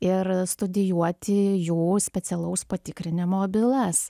ir studijuoti jų specialaus patikrinimo bylas